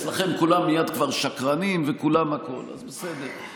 אצלכם כולם מייד כבר שקרנים וכולם הכול, אז בסדר.